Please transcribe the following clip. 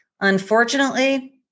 Unfortunately